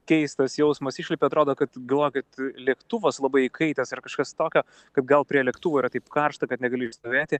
keistas jausmas išlipi atrodo kad galvoji kad lėktuvas labai įkaitęs ar kažkas tokio kaip gal prie lėktuvo yra taip karšta kad negali išstovėti